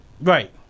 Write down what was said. Right